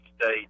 State